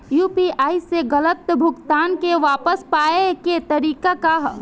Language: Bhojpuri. यू.पी.आई से गलत भुगतान के वापस पाये के तरीका का ह?